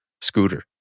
scooter